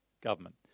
government